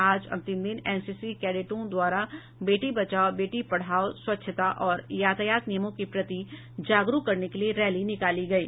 आज अंतिम दिन एनसीसी कैडेटों द्वारा बेटी बचाओ बेटी पढ़ाओ स्वच्छता और यातायात नियमों के प्रति जागरूक करने के लिए रैली निकाली गयी